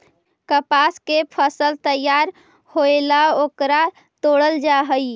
कपास के फसल तैयार होएला ओकरा तोडल जा हई